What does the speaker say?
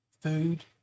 food